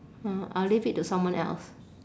uh I'll leave it to someone else